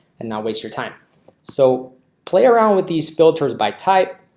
and now waste your time so play around with these filters by type.